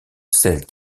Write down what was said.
celle